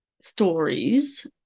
stories